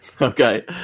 Okay